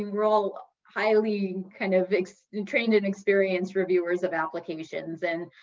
we're all highly kind of and trained and experienced reviewers of applications, and